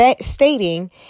stating